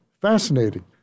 fascinating